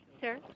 sir